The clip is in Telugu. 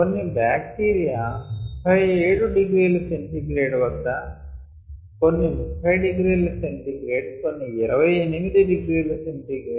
కొన్ని బాక్టీరియా 37 ºC వద్ద కొన్ని 30 ºC కొన్ని 28 ºC